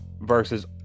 versus